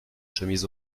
chemises